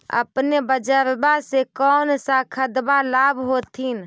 अपने बजरबा से कौन सा खदबा लाब होत्थिन?